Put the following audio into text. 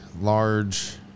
large